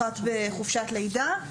אחת בחופשת לידה.